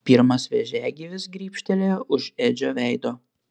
pirmas vėžiagyvis grybštelėjo už edžio veido